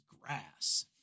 grass